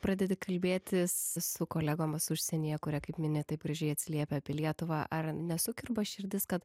pradedi kalbėtis su kolegomis užsienyje kurie kaip mini taip gražiai atsiliepia apie lietuvą ar nesukirba širdis kad